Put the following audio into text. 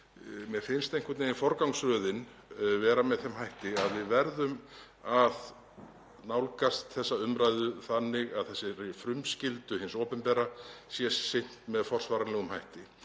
Mér finnst forgangsröðin vera með þeim hætti að við verðum að nálgast þessa umræðu þannig að frumskyldu hins opinbera sé sinnt með forsvaranlegum hætti.